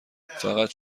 فقط